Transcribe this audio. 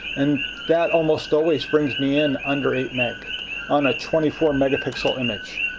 and that almost always brings me in under eight mb on a twenty four megapixel image.